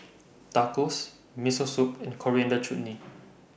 Tacos Miso Soup and Coriander Chutney